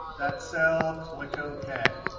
that cell. click ok.